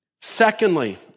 Secondly